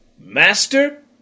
master